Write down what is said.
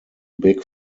big